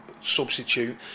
substitute